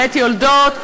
בית-יולדות,